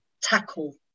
tackle